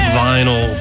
vinyl